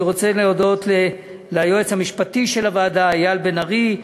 אני רוצה להודות ליועץ המשפטי של הוועדה אייל לב-ארי,